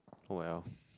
oh well